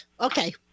Okay